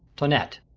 toinette.